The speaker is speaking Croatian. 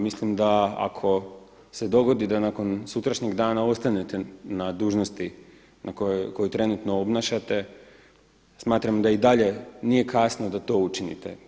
Mislim da ako se dogodi da nakon sutrašnjeg dana ostanete na dužnosti koju trenutno obnašate, smatram da i dalje nije kasno da to učinite.